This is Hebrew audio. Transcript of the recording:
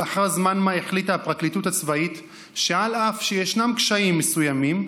ולאחר זמן מה החליטה הפרקליטות הצבאית שאף שיש קשיים מסוימים,